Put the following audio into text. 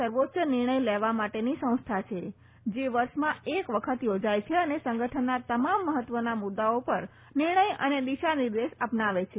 સર્વોચ્ચ નિર્ણય લેવા માટેની સંસ્થા છે જે વર્ષમાં એક વખત યોજાય છે અને સંગઠનના તમામ મહત્ત્વના મુદ્દાઓ પર નિર્ણય અને દિશાનિર્દેશ અપનાવે છે